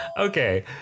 Okay